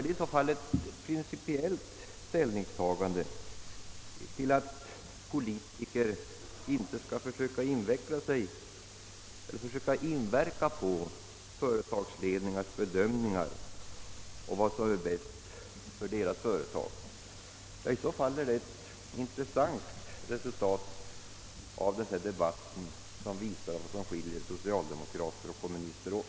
Är det i.så fall ett principiellt ställningstagande som går ut på att politiker inte skall försöka inverka på företagsledningars bedömning av vad som är bäst för deras företag? Om så är fallet är det ett intressant resultat av .denna debatt som visar vad som skiljer socialdemokrater och kommunister åt.